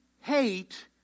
hate